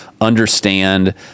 understand